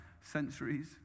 centuries